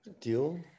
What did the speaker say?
Deal